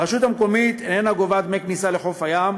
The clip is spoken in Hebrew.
הרשות המקומית אינה גובה דמי כניסה לחוף הים,